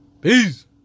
Peace